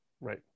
Right